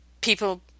people